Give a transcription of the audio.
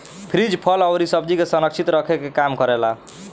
fridge फल अउरी सब्जी के संरक्षित रखे के काम करेला